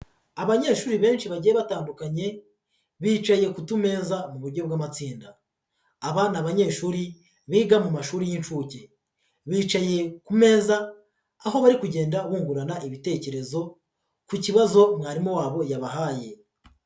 Abanyeshuri benshi bagiye batandukanye, bicaye ku tumeza mu buryo b'amatsinda. Aba ni abanyeshuri biga mu mashuri y'incuke. Bicaye ku meza, aho bari kugenda bungurana ibitekerezo, ku kibazo mwarimu wabo yabahaye.